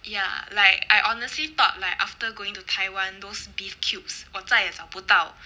ya like I honestly thought like after going to taiwan those beef cubes 我再也找不到